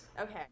Okay